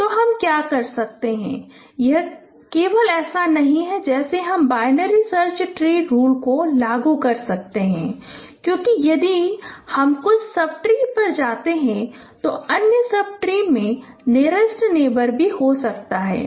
तो हम क्या कर सकते हैं यह केवल ऐसा नहीं है जैसे हम बाइनरी सर्च ट्री रूल को लागू कर सकते हैं क्योंकि यदि हम कुछ सब ट्री पर जाते हैं तो अन्य सब ट्री में नियरेस्ट नेबर भी हो सकता है